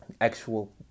actual